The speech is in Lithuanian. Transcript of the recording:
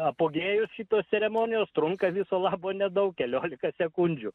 apogėjus šitos ceremonijos trunka viso labo nedaug keliolika sekundžių